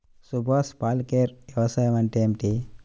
సుభాష్ పాలేకర్ వ్యవసాయం అంటే ఏమిటీ?